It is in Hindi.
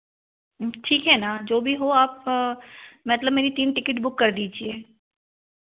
ठीक है ना जो भी हो आप मतलब मेरी तीन टिकेट बुक कर दीजिए